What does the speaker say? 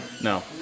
No